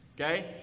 Okay